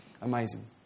amazing